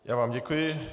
Já vám děkuji.